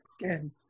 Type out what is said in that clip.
again